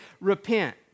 repent